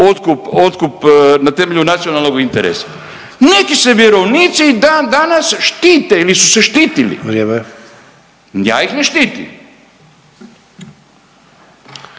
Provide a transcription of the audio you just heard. otkup na temelju nacionalnog interesa. Neki se vjerovnici i dan danas štite ili su se štitili … …/Upadica